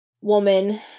woman